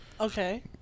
Okay